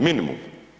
Minimum.